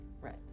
Right